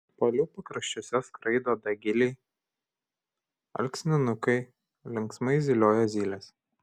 palių pakraščiuose skraido dagiliai alksninukai linksmai zylioja zylės